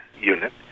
unit